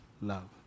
love